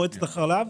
מועצת החלב,